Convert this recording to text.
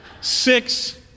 Six